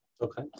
Okay